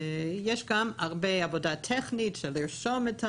יש גם הרבה עבודה טכנית, של לרשום את העובדות,